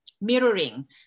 Mirroring